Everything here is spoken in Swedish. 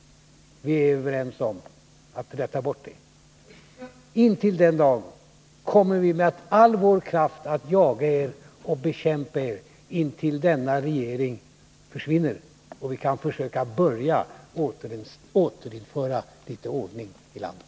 Vi är överens om att ta bort det. Intill den dagen kommer vi att med all vår kraft jaga er och bekämpa er, till dess denna regering försvinner och vi kan försöka börja återinföra litet ordning i landet.